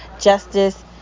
justice